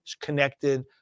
connected